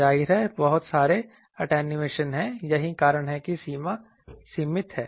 जाहिर है बहुत सारे अटैंयुएशन हैं यही कारण है कि सीमा सीमित है